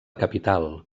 capital